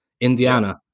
Indiana